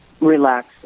relax